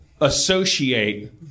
associate